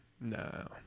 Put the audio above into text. No